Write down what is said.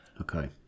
Okay